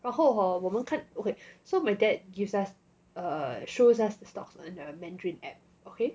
然后 hor 我们看 so my dad gives us err shows us stocks on a mandarin app okay